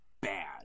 bad